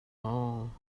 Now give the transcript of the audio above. maw